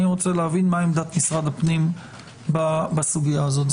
אני רוצה להבין מה עמדת משרד הפנים בסוגיה הזאת.